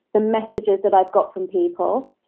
the messages that i've got from people,